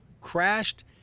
crashed